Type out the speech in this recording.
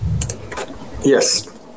Yes